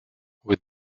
with